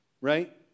Right